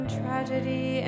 tragedy